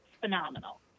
phenomenal